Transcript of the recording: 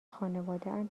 خانوادهام